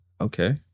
Okay